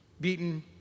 beaten